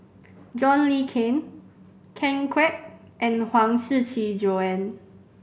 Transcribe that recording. John Le Cain Ken Kwek and Huang Shiqi Joan